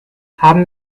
haben